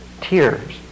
tears